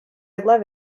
love